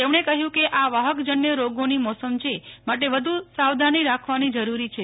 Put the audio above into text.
તેમણે કહ્યું કે આ વાહકજન્ય રોગોની મોસમ છે માટે વધુ સાવધાની રાખવી જરુરી છે